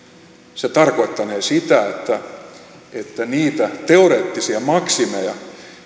se tarkoittanee sitä että niitä teoreettisia maksimeja